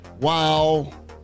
wow